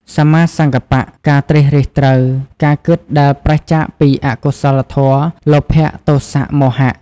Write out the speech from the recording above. សម្មាសង្កប្បៈ ការត្រិះរិះត្រូវ ការគិតដែលប្រាសចាកពីអកុសលធម៌ លោភៈ ទោសៈ មោហៈ។